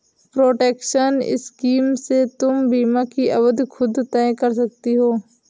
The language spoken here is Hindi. प्रोटेक्शन स्कीम से तुम बीमा की अवधि खुद तय कर सकती हो